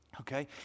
Okay